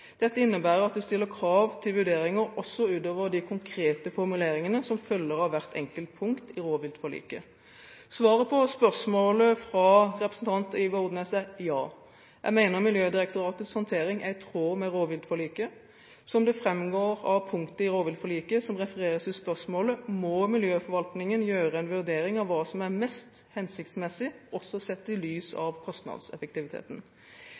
Dette innebærer at det stilles krav til vurderinger også utover de konkrete formuleringene som følger av hvert enkelt punkt i rovviltforliket. Svaret på spørsmålet fra representanten Ivar Odnes er ja. Jeg mener at Miljødirektoratets håndtering er i tråd med rovviltforliket. Som det framgår av punktet i rovviltforliket som refereres i spørsmålet, må miljøforvaltningen gjøre en vurdering av hva som er mest hensiktsmessig også sett i lys